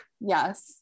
Yes